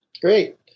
Great